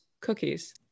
cookies